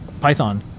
Python